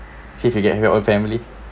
see if he get rid of family